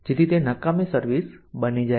જેથી તે નકામી સર્વિસ બની જાય